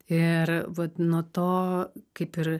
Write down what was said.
ir vat nuo to kaip ir